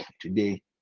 Today